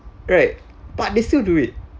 right but they still do it